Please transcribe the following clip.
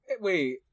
wait